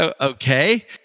okay